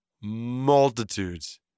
multitudes